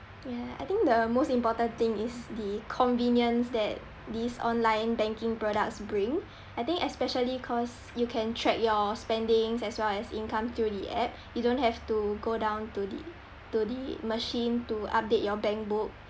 yeah I think the most important thing is the convenience that these online banking products bring I think especially cause you can track your spendings as well as income through the app you don't have to go down to the to the machine to update your bank book